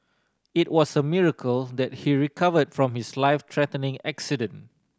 it was a miracle that he recovered from his life threatening accident